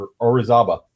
Orizaba